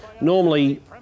Normally